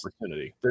opportunity